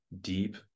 deep